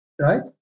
right